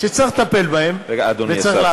שלוש דקות לרשותך להגיב.